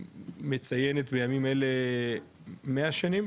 שמציינת בימים אלה מאה שנים.